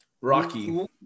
Rocky